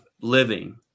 living